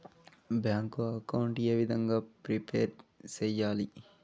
Bank account ఏ విధంగా prepare సెయ్యాలి?